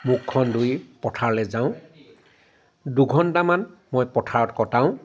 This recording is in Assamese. মুখখন ধুই পথাৰলৈ যাওঁ দুঘণ্টামান মই পথাৰত কটাওঁ